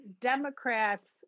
Democrats